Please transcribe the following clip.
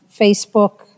Facebook